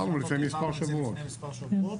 דיברנו לפני מספר שבועות.